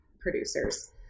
producers